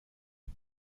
این